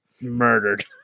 murdered